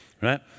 right